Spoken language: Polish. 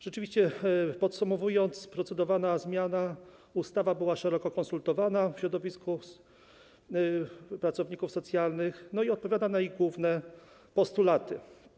Rzeczywiście, podsumowując: procedowana zmiana, ustawa była szeroko konsultowana w środowisku pracowników socjalnych i odpowiada na ich główne postulaty.